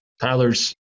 Tyler's –